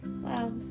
Wow